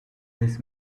this